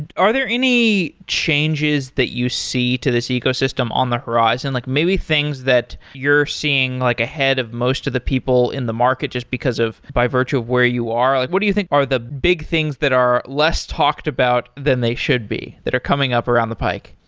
and are there any changes that you see to this ecosystem on the horizon, like maybe things that you're seeing like ahead of most of the people in the market, just because of by virtue of where you are? like what do you think are the big things that are less talked about than they should be, that are coming up around the pike?